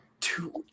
two